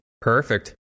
Perfect